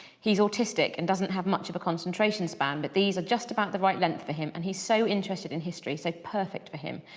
he's autistic and doesn't have much of a concentration span. but these are just about the right length for him. and he's so interested in history so perfect for him.